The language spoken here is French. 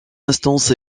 instances